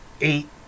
eight